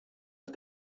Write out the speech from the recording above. but